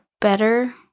better